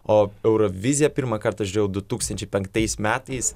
o euroviziją pirmą kartą žiūrėjau du tūkstančiai penktais metais